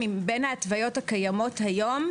מבין ההתוויות הקיימות היום,